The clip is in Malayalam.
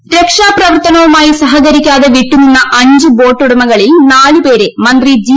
സുധാകരൻ രക്ഷാപ്രവർത്തനവുമായി സഹകരിക്കുള്ളതെ വിട്ടുനിന്ന അഞ്ചു ബോട്ടുടമകളിൽ നാലുപേരെ മുന്തി ജി